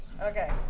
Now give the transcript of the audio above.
Okay